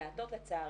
מעטות לצערי,